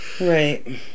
Right